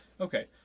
okay